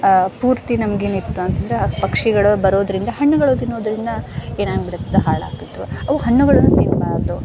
ಪೂರ್ತಿ ನಮಗೇನು ಇತ್ತು ಅಂತಂದ್ರೆ ಆ ಪಕ್ಷಿಗಳು ಬರೋದರಿಂದ ಹಣ್ಣುಗಳು ತಿನ್ನೋದರಿಂದ ಏನಾಗ್ಬಿಡ್ತಾ ಹಾಳಾಗ್ತಿತ್ತು ಅವು ಹಣ್ಣುಗಳನ್ನ ತಿನ್ನಬಾರ್ದು